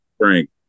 Frank